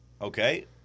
Okay